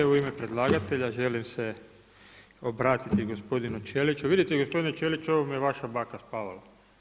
Evo u ime predlagatelja želim se obratiti gospodinu Ćeliću, vidite gospodine Ćeliću, u ovome je vaša baka spavala.